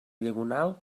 diagonal